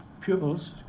pupils